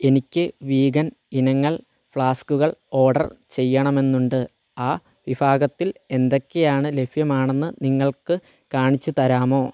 എനിക്ക് വീഗൻ ഇനങ്ങൾ ഫ്ലാസ്കുകൾ ഓർഡർ ചെയ്യണമെന്നുണ്ട് ആ വിഭാഗത്തിൽ എന്തൊക്കെയാണ് ലഭ്യമാണെന്ന് നിങ്ങൾക്ക് കാണിച്ചു തരാമോ